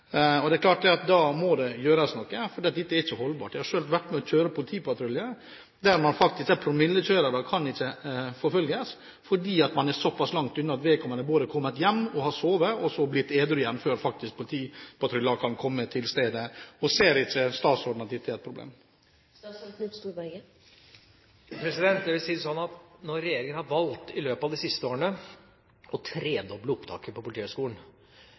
Det er klart at da må det gjøres noe, for dette er ikke holdbart. Jeg har selv vært med og kjørt politipatrulje der man faktisk sier at promillekjørere ikke kan følges opp fordi man er såpass langt unna at vedkommende både er kommet hjem, har sovet og blitt edru igjen, før politipatruljen kan komme til stedet. Ser ikke statsråden at dette er et problem? Jeg vil si det sånn at når regjeringa i løpet av de siste årene har valgt å tredoble opptaket til Politihøgskolen,